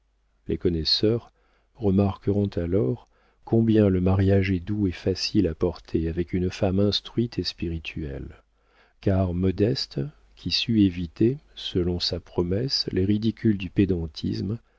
les connaisseurs remarqueront alors combien le mariage est doux et facile à porter avec une femme instruite et spirituelle car modeste qui sut éviter selon sa promesse les ridicules du